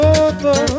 over